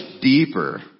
deeper